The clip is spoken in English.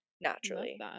naturally